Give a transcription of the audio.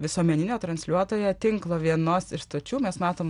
visuomeninio transliuotojo tinklo vienos iš stočių mes matom